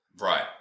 Right